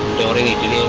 donated